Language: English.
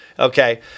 Okay